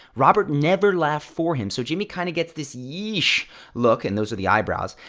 robert never laughed for him, so jimmy kind of gets this yeesh look, and those are the eyebrows,